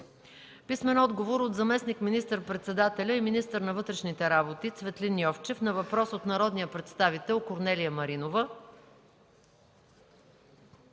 Грозданова; - от заместник министър-председателя и министър на вътрешните работи Цветлин Йовчев на въпрос от народния представител Корнелия Маринова;